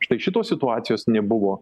štai šitos situacijos nebuvo